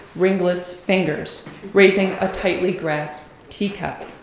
ringless fingers raising a tightly-grasped teacup.